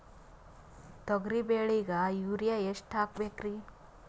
ತೊಗರಿ ಬೆಳಿಗ ಯೂರಿಯಎಷ್ಟು ಹಾಕಬೇಕರಿ?